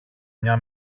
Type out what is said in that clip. μια